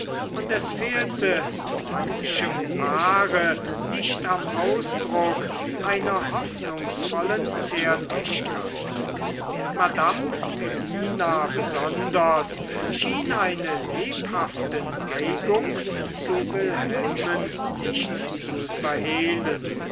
und es fehlte manchem paare nicht am ausdruck einer hoffnungsvollen zärtlichkeit madame melina besonders schien eine lebhafte neigung zu wilhelmen nicht zu verhehlen